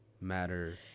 matter